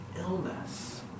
illness